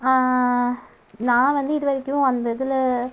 நான் வந்து இது வரைக்கும் அந்த இதில்